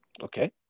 Okay